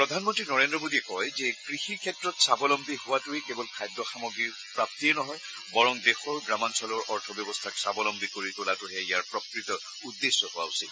প্ৰধানমন্ত্ৰী নৰেন্দ্ৰ মোডীয়ে কয় যে কৃষিৰ ক্ষেত্ৰত স্বাৱলম্বী হোৱাটোৱে কেৱল খাদ্য সামগ্ৰী প্ৰাপ্তিয়েই নহয় বৰং দেশৰ গ্ৰামাঞ্চলৰ অৰ্থব্যৱস্থাক স্বাৱলল্পী কৰি তোলাটোহে ইয়াৰ প্ৰকৃত উদ্দেশ্য হোৱা উচিত